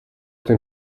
den